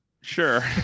Sure